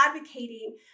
advocating